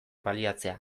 baliatzea